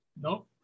No